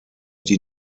die